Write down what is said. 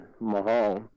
Mahal